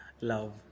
love